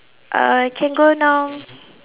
uh can go now